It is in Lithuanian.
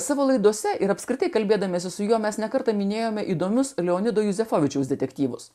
savo laidose ir apskritai kalbėdamiesi su juo mes ne kartą minėjome įdomius leonido juzefovičiaus detektyvus